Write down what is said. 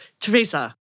Teresa